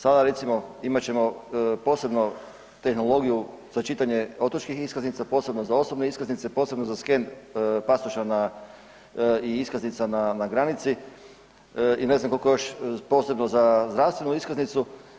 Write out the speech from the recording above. Sada recimo imat ćemo posebno tehnologiju za čitanje otočkih iskaznica, posebno za osobne iskaznice, posebno za sken pasoša na i iskaznica na, na granici i ne znam kolko još posebno za zdravstvenu iskaznicu.